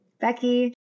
Becky